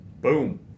Boom